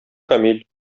камил